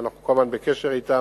ואנחנו כל הזמן בקשר אתם,